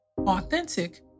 authentic